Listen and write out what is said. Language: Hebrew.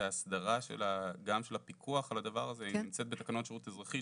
ההסדרה גם של הפיקוח על הדבר הזה היא נמצאת בתקנון שירות אזרחי,